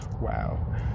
wow